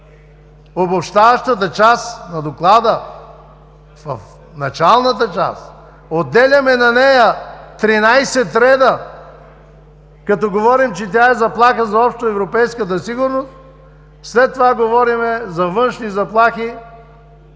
обобщаващата част на Доклада, в началната част отделяме на нея 13 реда, като говорим, че тя е заплаха за общоевропейската сигурност, след това говорим за външни заплахи